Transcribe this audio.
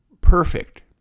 perfect